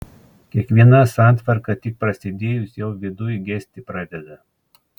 kiekviena santvarka tik prasidėjus jau viduj gesti pradeda